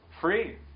free